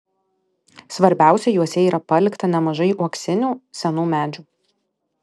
svarbiausia juose yra palikta nemažai uoksinių senų medžių